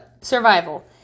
survival